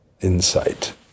insight